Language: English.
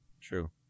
True